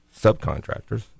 subcontractors